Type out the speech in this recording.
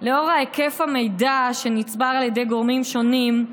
לאור היקף המידע שנצבר על ידי גורמים שונים,